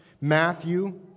Matthew